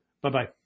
Bye-bye